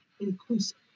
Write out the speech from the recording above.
inclusive